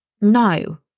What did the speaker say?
no